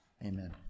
Amen